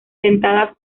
dentadas